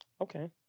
Okay